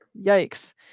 yikes